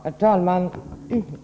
Herr talman!